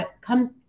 come